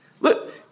Look